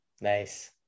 Nice